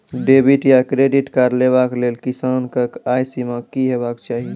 Debit या credit card लेवाक लेल किसानक आय सीमा की हेवाक चाही?